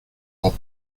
hop